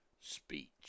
speech